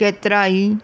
केतिरा ई